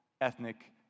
ethnic